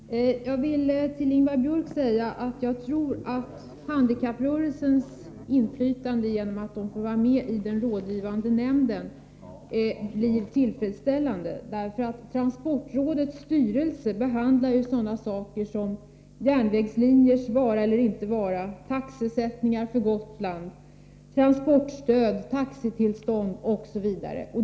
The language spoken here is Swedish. Fru talman! Jag vill till Ingvar Björk säga att jag tror att handikapprörelsens inflytande blir tillfredsställande genom att rörelsen får ha en represen tant i den rådgivande nämnden. Transportrådets styrelse behandlar ju sådana saker som järnvägslinjers vara eller icke vara, taxiersättning för Gotland, transportstöd, taxitillstånd osv.